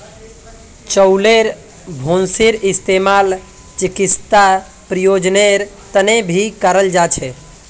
चउलेर भूसीर इस्तेमाल चिकित्सा प्रयोजनेर तने भी कराल जा छे